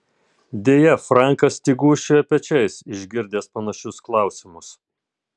deja frankas tik gūžčioja pečiais išgirdęs panašius klausimus